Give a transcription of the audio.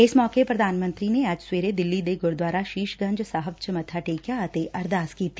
ਇਸ ਮੌਕੇ ਪ੍ਰਧਾਨ ਮੰਤਰੀ ਨੇ ਅੱਜ ਸਵੇਰੇ ਦਿੱਲੀ ਦੇ ਗੁਰਦੁਆਰਾ ਸ਼ੀਸ਼ ਗੰਜ ਸਾਹਿਬ ਚ ਮੱਬਾ ਟੇਕਿਆ ਅਤੇ ਅਰਦਾਸ ਕੀਤੀ